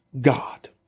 God